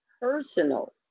personal